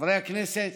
חברי הכנסת,